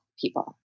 people